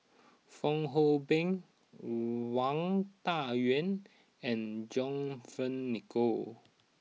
Fong Hoe Beng Wang Dayuan and John Fearns Nicoll